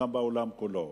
גם בעולם כולו.